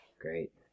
Great